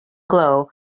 glow